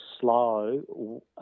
slow